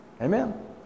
Amen